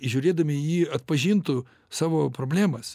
žiūrėdami į jį atpažintų savo problemas